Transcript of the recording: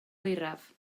oeraf